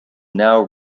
now